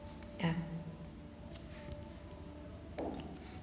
ya